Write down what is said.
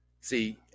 See